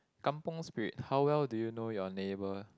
kampung Spirit how well do you know your neighbour